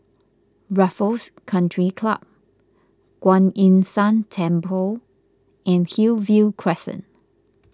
Raffles Country Club Kuan Yin San Temple and Hillview Crescent